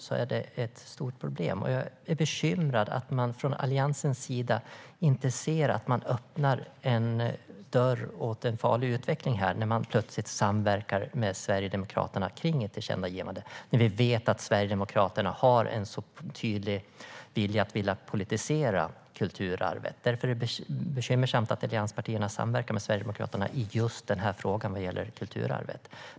Jag är bekymrad över att man från Alliansens sida inte ser att man öppnar en dörr till en farlig utveckling när man plötsligt samverkar med Sverigedemokraterna kring ett tillkännagivande. Vi vet ju att Sverigedemokraterna har en mycket tydlig vilja att politisera kulturarvet, och därför är det bekymmersamt att allianspartierna samverkar med Sverigedemokraterna i just frågan om kulturarvet.